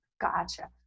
Gotcha